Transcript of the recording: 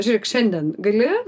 žiūrėk šiandien gali